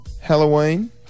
Halloween